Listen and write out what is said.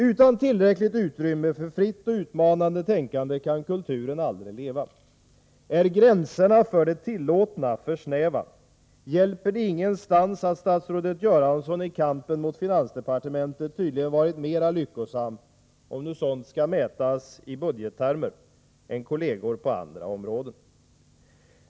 Utan tillräckligt utrymme för fritt och utmanande tänkande kan kulturen aldrig leva. Är gränserna för det ”tillåtna” för snäva hjälper det inte att statsrådet Göransson i kampen mot finansdepartementet tydligen varit mera lyckosam — om nu sådant skall mätas i budgettermer — än kolleger på andra områden.